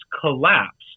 collapsed